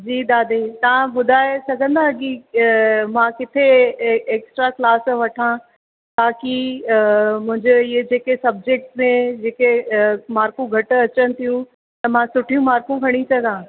जी दादी तां ॿुधाए सघंदा कि मां किथे एक्स्ट्रा क्लास वठां ताकी मुंहिंजो इहे जेके सब्जैक्ट्स में जेके मार्कूं घटि अचनि थियूं त मां सुठियूं मार्कू खणी सघां